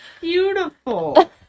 beautiful